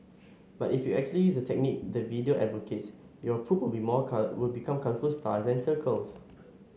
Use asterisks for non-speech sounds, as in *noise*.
but if you actually use the technique the video advocates your poop will be more *unintelligible* will become colourful stars and circles